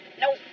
Nope